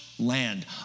Land